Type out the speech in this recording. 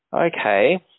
okay